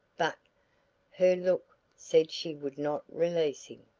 but her look said she would not release him.